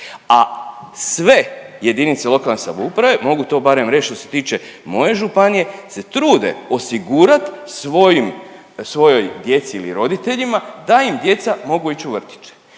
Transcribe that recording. a sve jedinice lokalne samouprave mogu to barem reć što se tiče moje županije se trude osigurat svojim, svojoj djeci ili roditeljima da im djeca mogu ić u vrtiće.